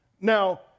Now